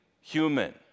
human